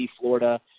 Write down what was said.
Florida